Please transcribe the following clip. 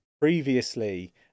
previously